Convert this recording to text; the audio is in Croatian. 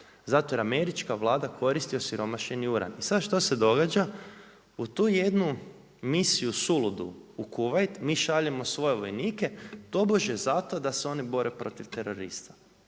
Zato jer Američka Vlada koristi osiromašeni uran. I sad što se događa? U tu jednu misiju suludu u Kuvajt, mi šaljemo svoje vojnike, tobožnje zato da se oni bore protiv terorista.